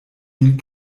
min